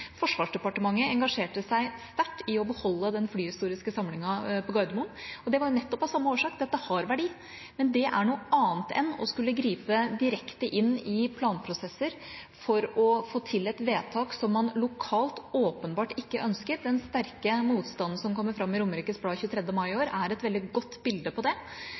Forsvarsdepartementet engasjerte seg sterkt i å beholde den flyhistoriske samlingen på Gardermoen, og det var nettopp av samme årsak: Dette har verdi. Men det er noe annet enn å skulle gripe direkte inn i planprosesser for å få til et vedtak som man lokalt åpenbart ikke ønsker. Den sterke motstanden som kommer fram i Romerikes Blad 23. mai i år, er et veldig godt bilde på det